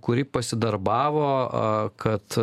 kuri pasidarbavo kad